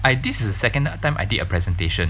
I this is the second time I did a presentation